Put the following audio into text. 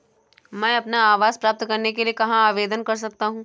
मैं अपना आवास प्राप्त करने के लिए कहाँ आवेदन कर सकता हूँ?